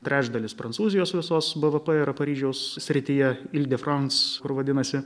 trečdalis prancūzijos visos bvp yra paryžiaus srityje il de frans kur vadinasi